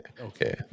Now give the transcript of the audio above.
okay